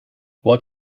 what